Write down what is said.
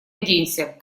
оденься